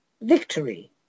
Victory